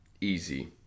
easy